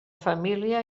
família